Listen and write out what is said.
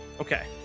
Okay